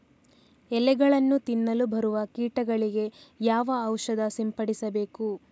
ಎಲೆಗಳನ್ನು ತಿನ್ನಲು ಬರುವ ಕೀಟಗಳಿಗೆ ಯಾವ ಔಷಧ ಸಿಂಪಡಿಸಬೇಕು?